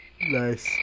Nice